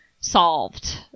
solved